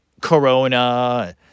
Corona